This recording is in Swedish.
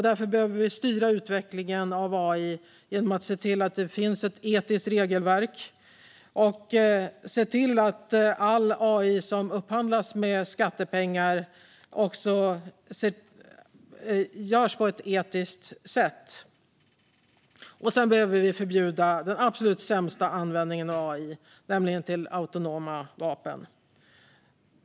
Därför behöver vi styra utvecklingen av AI genom att se till att det finns ett etiskt regelverk och att all upphandling av AI som görs med skattepengar görs på ett etiskt sätt. Vitbok om artificiell intelligens Vi behöver också förbjuda den absolut sämsta användningen av AI, nämligen till autonoma vapen.